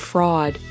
Fraud